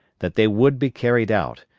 that they would be carried out,